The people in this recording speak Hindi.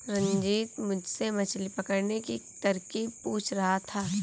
रंजित मुझसे मछली पकड़ने की तरकीब पूछ रहा था